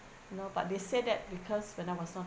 you know but they said that because when I was not